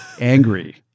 angry